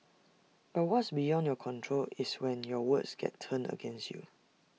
but what's beyond your control is when your words get turned against you